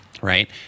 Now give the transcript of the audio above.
right